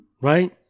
right